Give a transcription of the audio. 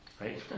Right